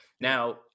now